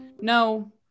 No